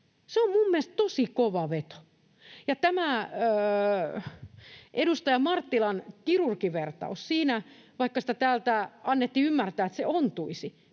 minun mielestäni tosi kova veto. Tämä edustaja Marttilan kirurgivertaus, vaikka täältä annettiin ymmärtää, että se ontuisi,